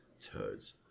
turds